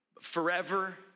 forever